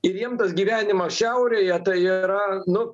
ir jiem tas gyvenimas šiaurėje tai yra nu